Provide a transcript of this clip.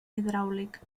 hidràulic